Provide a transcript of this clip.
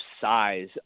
size